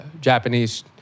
Japanese